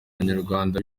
banyarwanda